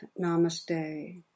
namaste